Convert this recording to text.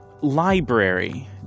library